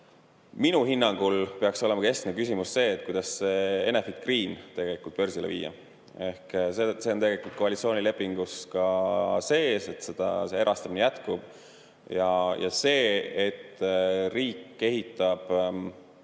Minu hinnangul peaks olema keskne küsimus see, kuidas Enefit Green tegelikult börsile viia. See on tegelikult ka koalitsioonilepingus sees, see erastamine jätkub. Ja see, et riik ehitab